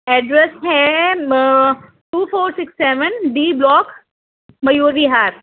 address ہے two four six seven D block Mayur Vihar